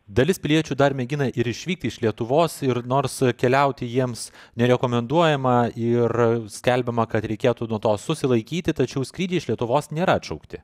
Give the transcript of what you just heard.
dalis piliečių dar mėgina ir išvykti iš lietuvos ir nors keliauti jiems nerekomenduojama ir skelbiama kad reikėtų nuo to susilaikyti tačiau skrydžiai iš lietuvos nėra atšaukti